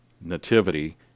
Nativity